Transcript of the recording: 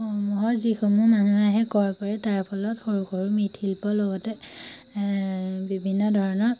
সমূহত যিসমূহ মানুহ আহি ক্ৰয় কৰে তাৰ ফলত সৰু সৰু মৃৎশিল্পৰ লগতে বিভিন্ন ধৰণৰ